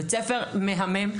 בית ספר מהמם,